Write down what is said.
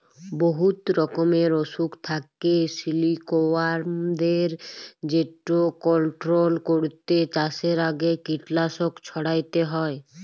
বহুত রকমের অসুখ থ্যাকে সিলিকওয়ার্মদের যেট কলট্রল ক্যইরতে চাষের আগে কীটলাসক ছইড়াতে হ্যয়